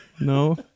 No